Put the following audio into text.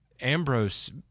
Ambrose—